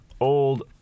old